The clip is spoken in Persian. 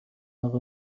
اقا